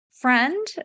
friend